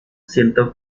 siento